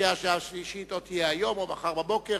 הקריאה השנייה והקריאה השלישית יהיו היום או מחר בבוקר.